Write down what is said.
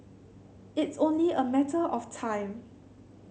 it's only a matter of time